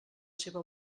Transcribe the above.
seva